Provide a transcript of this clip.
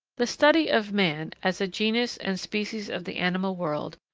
the study of man, as a genus and species of the animal world,